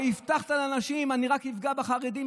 הרי הבטחת לאנשים: אני רק אפגע בחרדים,